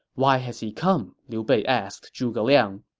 why has he come? liu bei asked zhuge liang